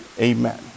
Amen